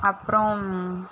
அப்றம்